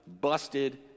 busted